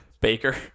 Baker